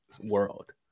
world